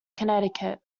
connecticut